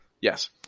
Yes